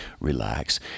relax